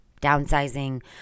downsizing